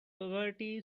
poverty